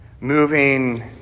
Moving